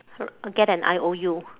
wr~ get an I_O_U